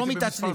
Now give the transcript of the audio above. לא מתעצלים.